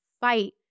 fight